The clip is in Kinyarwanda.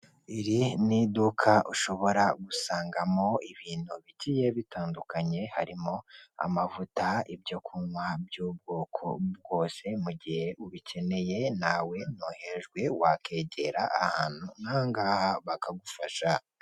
Ahubakwa amazu y'icyerekezo atuzwamo abaturage bimuwe bakabaho batekanye aho baba begereye n'ibibuga byo kwidagaduriramo bakiniraho imikino igiye itandukanye.